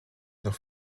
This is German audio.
noch